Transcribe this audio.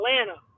Atlanta